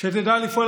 שתדע לפעול,